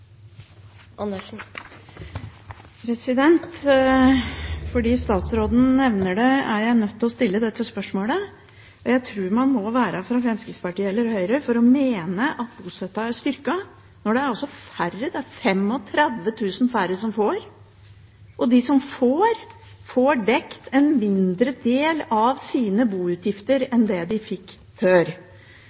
replikkordskifte. Fordi statsråden nevner det, er jeg nødt til å stille dette spørsmålet. Jeg tror man må være fra Fremskrittspartiet eller Høyre for å mene at bostøtten er styrket, når det er 35 000 færre som får, og de som får, får dekket en mindre del av sine boutgifter enn det de fikk før.